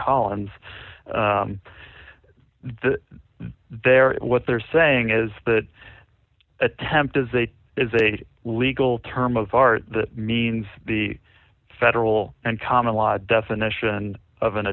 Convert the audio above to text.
collins that they're what they're saying is that attempt is a is a legal term of art that means the federal and common law definition of an